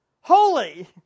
holy